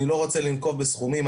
אני לא רוצה לנקוב בסכומים,